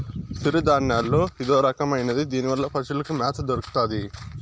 సిరుధాన్యాల్లో ఇదొరకమైనది దీనివల్ల పశులకి మ్యాత దొరుకుతాది